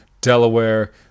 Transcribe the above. Delaware